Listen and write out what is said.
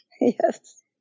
Yes